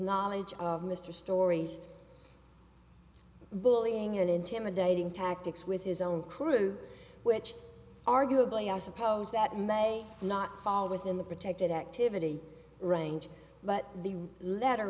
knowledge of mr stories bullying and intimidating tactics with his own crew which arguably i suppose that may not fall within the protected activity range but the letter